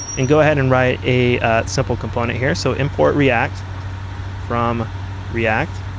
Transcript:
and go ahead and write a simple component here. so import react from react